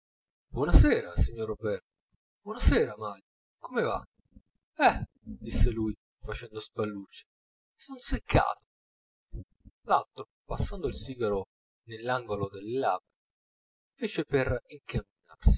buonasera signor roberto buonasera manlio come va eh disse lui facendo spallucce son seccato l'altro passando il sigaro nell'angolo delle labbra fece per